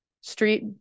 street